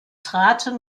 traten